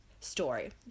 story